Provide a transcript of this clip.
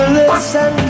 listen